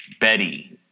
Betty